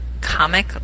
comic